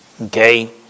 Okay